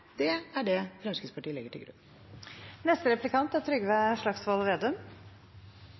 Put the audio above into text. Det er det Fremskrittspartiet legger til grunn.